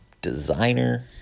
designer